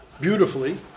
beautifully